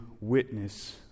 witness